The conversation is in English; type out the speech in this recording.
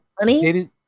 money